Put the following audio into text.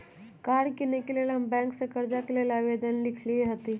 कार किनेके लेल हम बैंक से कर्जा के लेल आवेदन लिखलेए हती